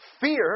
fear